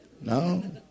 No